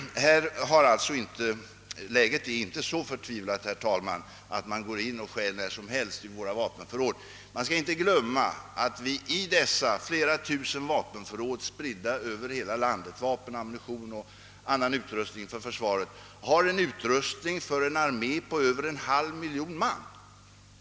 Läget är alltså inte, herr talman, så förtvivlat att man går in och stjäl när som helst i de militära vapenförråden. Vi skall inte glömma att i dessa tusentals vapenförråd, spridda över hela landet, förvaras vapen och ammunition och annan försvarsutrustning för en armé på över en halv miljon man.